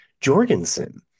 Jorgensen